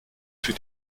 für